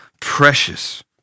precious